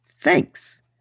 thanks